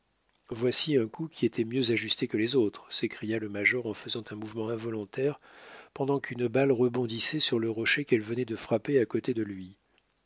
voici un coup qui était mieux ajusté que les autres s'écria le major en faisant un mouvement involontaire pendant qu'une balle rebondissait sur le rocher qu'elle venait de frapper à côté de lui